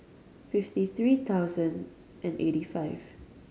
fifty three thousand and eighty five